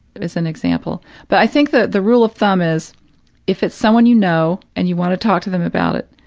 as an example but i think that the rule of thumb is if it's someone you know, and you want to talk to them about it,